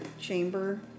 chamber